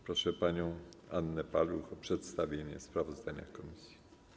Proszę panią Annę Paluch o przedstawienie sprawozdania komisji.